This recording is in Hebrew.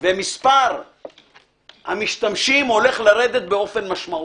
ומספר המשתמשים הולך לרדת משמעותית.